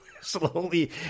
slowly